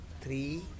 three